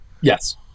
Yes